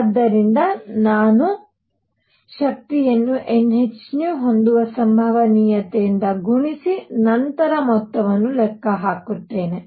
ಆದ್ದರಿಂದ ನಾನು ಶಕ್ತಿಯನ್ನು nhν ಹೊಂದುವ ಸಂಭವನೀಯತೆಯಿಂದ ಗುಣಿಸಿ ನಂತರ ಮೊತ್ತವನ್ನು ಲೆಕ್ಕ ಹಾಕುತ್ತೇನೆ